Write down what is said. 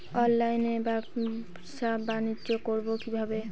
অনলাইনে ব্যবসা বানিজ্য করব কিভাবে?